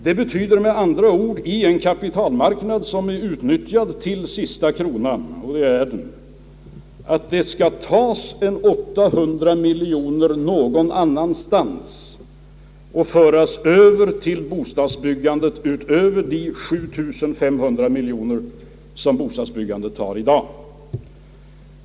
Det betyder med andra ord i en kapitalmarknad som är utnyttjad till sista kronan — och det är den — att det skall tas ungefär 800 miljoner kronor någonstans och föras över till bostadsbyggandet utöver de 7 500 miljoner som bostadsbyggandet tar i dag.